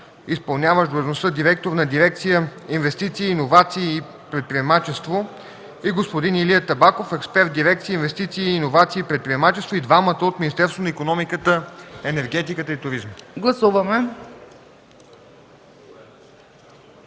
изпълняващ длъжността директор на дирекция „Инвестиции, иновации и предприемачество” и господин Илия Табаков, експерт в дирекция „Инвестиции, иновации и предприемачество”, и двамата – от Министерството на икономиката, енергетиката и туризма.